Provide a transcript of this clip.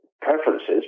preferences